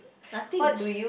nothing